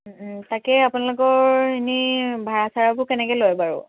তাকে আপোনালোকৰ এনেই ভাড়া চাড়াবোৰ কেনেকৈ লয় বাৰু